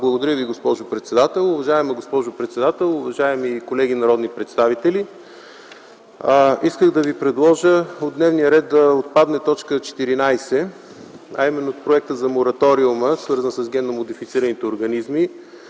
Благодаря Ви. Уважаема госпожо председател, уважаеми колеги народни представители! Исках да Ви предложа от дневния ред да отпадне т. 14, а именно проекта за мораториум, свързан с генномодифицираните организми.